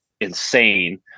insane